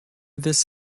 this